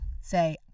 say